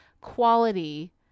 quality